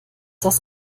das